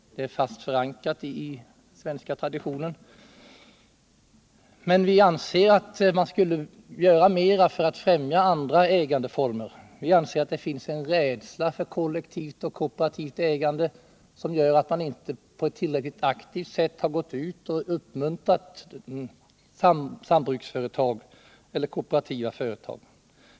Den är fast förankrad i den svenska traditionen. Men vi anser att man borde göra mera för att främja andra ägandeformer. Det finns en rädsla för kollektivt och kooperativt ägande som gör att man inte på ett tillräckligt aktivt sätt uppmuntrar sambruksföretag eller kooperativa företag.